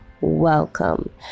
welcome